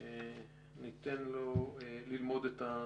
שבוע, ניתן לו ללמוד את הנושא.